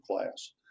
class